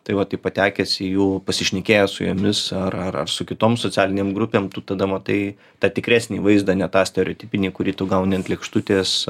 tai va tai patekęs į jų pasišnekėjęs su jomis ar ar ar su kitom socialinėm grupėm tu tada matai tą tikresnį vaizdą ne tą stereotipinį kurį tu gauni ant lėkštutės